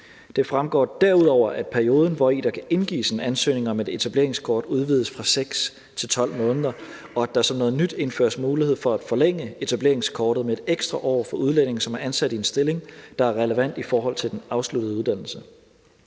Det fremgår derudover, at perioden, hvori der kan indgives ansøgning om et etableringskort, udvides fra 6 til 12 måneder, og at der som noget nyt indføres mulighed for at forlænge etableringskortet med 1 ekstra år for udlændinge, som er ansat i en stilling, der er relevant i forhold til den afsluttede uddannelse.